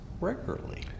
regularly